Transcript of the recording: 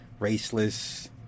raceless